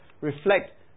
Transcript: reflect